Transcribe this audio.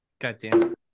Goddamn